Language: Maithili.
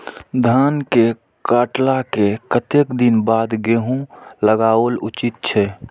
धान के काटला के कतेक दिन बाद गैहूं लागाओल उचित छे?